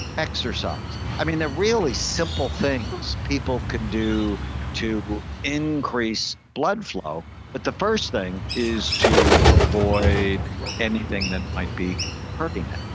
exercise. i mean they're really simple things people can do to increase blood flow, but the first thing is to avoid anything that might be hurting them